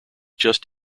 just